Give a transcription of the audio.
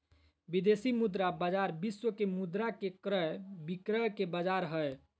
विदेशी मुद्रा बाजार विश्व के मुद्रा के क्रय विक्रय के बाजार हय